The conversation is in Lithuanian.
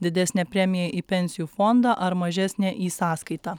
didesnė premija į pensijų fondą ar mažesnė į sąskaitą